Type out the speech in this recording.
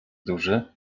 duży